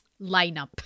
lineup